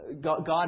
God